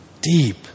deep